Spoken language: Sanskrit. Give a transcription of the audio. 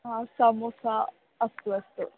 समोसा अस्तु अस्तु